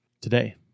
today